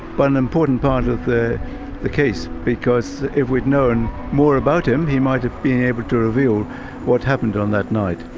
but an important part of the the case because if we'd known more about him, he might have been able to reveal what happened on that night.